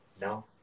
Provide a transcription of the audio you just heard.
No